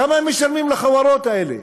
כמה הם משלמים לחברות האלה?